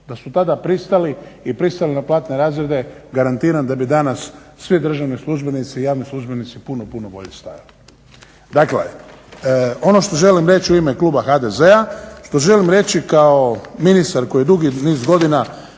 Da su tada pristali i pristali na platne razreda garantiram da bi danas svi državni službenici i javni službenici puno, puno bolje stajali. Dakle, ono što želim reći u ime kluba HDZ-a, što želim reći kao ministar koji je dugi niz godina